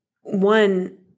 one